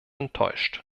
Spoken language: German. enttäuscht